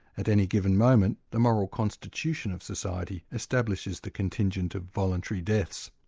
at any given moment, the moral constitution of society establishes the contingent of voluntary deaths.